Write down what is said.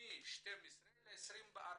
מ-12 ל-24.